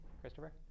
Christopher